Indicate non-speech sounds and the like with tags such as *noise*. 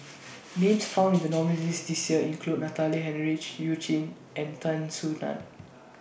*noise* Names found in The nominees' list This Year include Natalie Hennedige YOU Jin and Tan Soo NAN